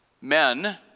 Men